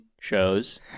shows